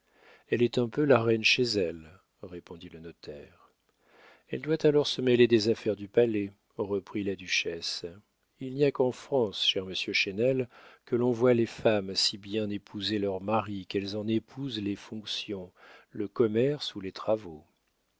elle est un peu la reine chez elle répondit le notaire elle doit alors se mêler des affaires du palais reprit la duchesse il n'y a qu'en france cher monsieur chesnel que l'on voit les femmes si bien épouser leurs maris qu'elles en épousent les fonctions le commerce ou les travaux